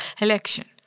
election